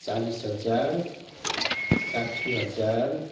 चालिस हजार साट्ठी हजार